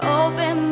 open